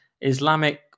Islamic